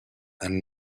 and